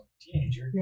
teenager